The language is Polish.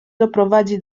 doprowadzi